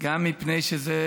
כבוד השרים,